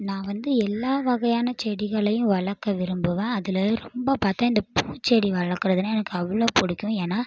நான் வந்து எல்லா வகையான செடிகளையும் வளர்க்க விரும்புவேன் அதில் ரொம்ப பார்த்தா இந்த பூச்செடி வளர்க்குறதுனா எனக்கு அவ்வளோ பிடிக்கும் ஏன்னா